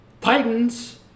titans